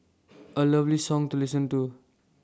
A lovely song to listen to